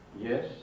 yes